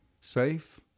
safe